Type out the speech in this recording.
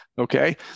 Okay